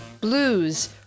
blues